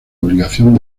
obligación